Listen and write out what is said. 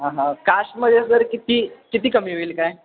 ह हा काशमध्ये जर किती किती कमी होईल काय